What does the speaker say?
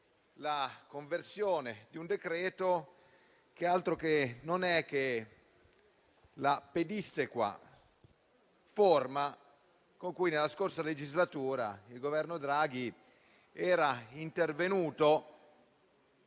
la conversione di un decreto che non è altro che la pedissequa forma con cui nella scorsa legislatura il Governo Draghi era intervenuto